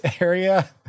area